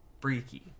Freaky